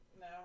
No